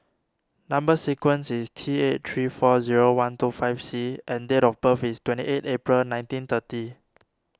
Number Sequence is T eight three four zero one two five C and date of birth is twenty eight April nineteen thirty